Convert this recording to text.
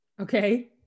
Okay